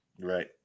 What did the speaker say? Right